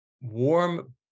warm